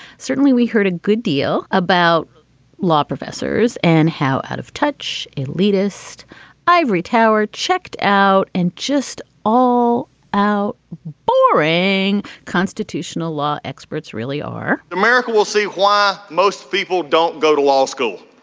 certainly we heard a good deal about law professors and how out of touch elitist ivory tower checked out. and just all our boring constitutional law experts really are america will see why most people don't go to law school.